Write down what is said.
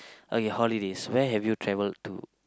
okay holidays where have you traveled to